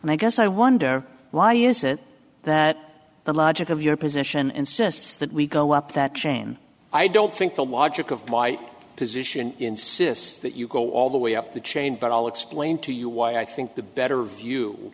and i guess i wonder why is it that the logic of your position insists that we go up that chain i don't think the logic of my position insists that you go all the way up the chain but all explain to you why i think the better view